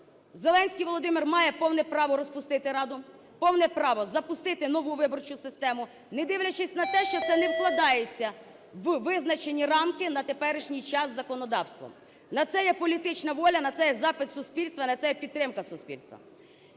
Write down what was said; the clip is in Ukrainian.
Зеленський Володимир має повне право розпустити Раду, повне право запустити нову виборчу систему, не дивлячись на те, що це не вкладається у визначені рамки на теперішній час законодавством. На це є політична воля, на це є запит суспільства, на це є підтримка суспільства.